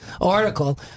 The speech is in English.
article